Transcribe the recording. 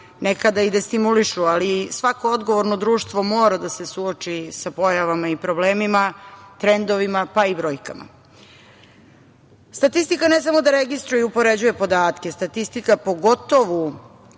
nekada i destimulišu, ali svako odgovorno društvo mora da se suoči sa pojavama i problemima, trendovima, pa i brojkama. Statistika ne samo da registruje i upoređuje podatke, statistika pogotovo